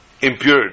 impure